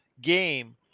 game